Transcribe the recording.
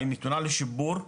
היא נתונה לשיפור,